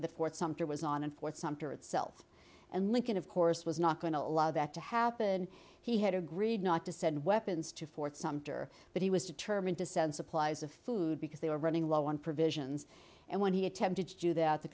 the fort sumter was on and fort sumter itself and lincoln of course was not going to allow that to happen he had agreed not to send weapons to fort sumter but he was determined to send supplies of food because they were running low on provisions and when he attempted to do that the